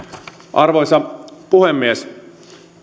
arvoisa puhemies